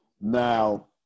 now